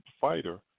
fighter